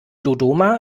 dodoma